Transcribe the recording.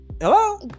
Hello